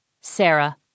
Sarah